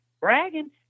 bragging